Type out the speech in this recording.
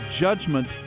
judgment